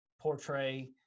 portray